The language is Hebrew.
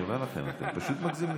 אני אומר לכם, אתם פשוט מגזימים.